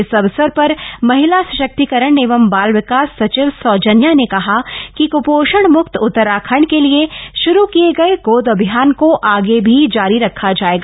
इस अवसर पर महिला सशक्तिकरण एवं बाल विकास सचिव सौजन्या ने कहा कि क्पोषण मुक्त उत्तराखण्ड के लिए शुरू किये गये गोद अभियान को आगे भी जारी रखा जायेगा